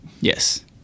Yes